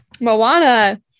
Moana